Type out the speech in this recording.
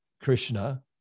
Krishna